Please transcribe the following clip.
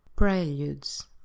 Preludes